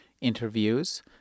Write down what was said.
interviews